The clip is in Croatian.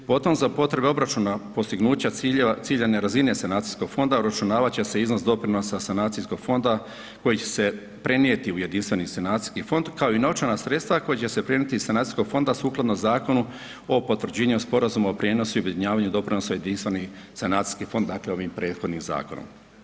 Potom za potrebe obračuna postignuća ciljeva, ciljane razine sanacijskog fonda uračunavat će se iznos doprinosa sanacijskog fonda koji će prenijeti u jedinstveni sanacijski fond kao novčana sredstva koja će se prenijeti iz sanacijskog fonda sukladno Zakonu o potvrđenju sporazuma o prijenosu i objedinjavanju doprinosa jedinstveni sanacijski fond, dakle ovim prethodnim zakonom.